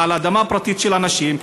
אלא על אדמה פרטית של אנשים.